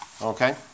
Okay